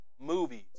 movies